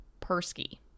Persky